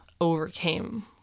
overcame